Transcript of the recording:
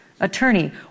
Attorney